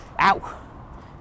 ow